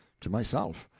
to myself.